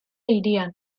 hirian